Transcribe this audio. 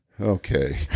Okay